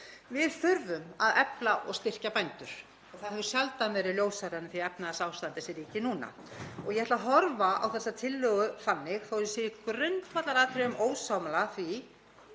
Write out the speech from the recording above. Við þurfum að efla og styrkja bændur og það hefur sjaldan verið ljósara en í því efnahagsástandi sem ríkir núna og ég ætla að horfa á þessa tillögu þannig þó að ég sé í grundvallaratriðum ósammála því